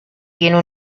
tiene